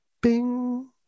bing